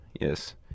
Yes